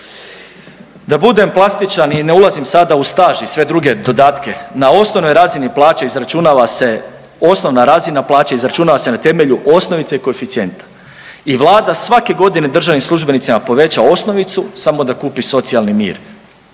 Da budem plastičan i ne ulazim sada u staž i sve druge dodatke na osnovnoj razini plaće izračunava se osnovna razina plaće izračunava se na temelju osnovice i koeficijenta. I Vlada svake godine državnim službenicima poveća osnovicu samo da kupi socijalni mir.